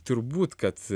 turbūt kad